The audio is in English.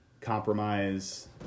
compromise